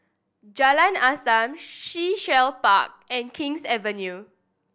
Jalan Azam Sea Shell Park and King's Avenue